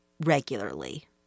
regularly